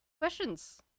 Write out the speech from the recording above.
questions